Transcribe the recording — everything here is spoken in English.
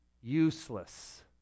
useless